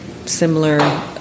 similar